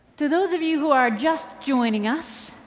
to those of you who are just joining us,